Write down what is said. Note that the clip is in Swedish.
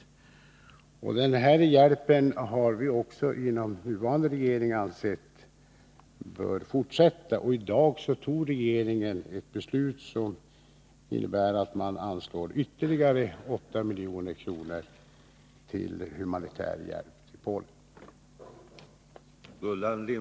Även inom den nuvarande regeringen har vi ansett att den här hjälpen bör fortsätta. I dag tog regeringen ett beslut som innebär att man anslår ytterligare 8 milj.kr. till humanitär hjälp till Polen.